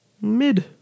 Mid